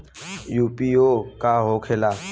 IPO का होखेला?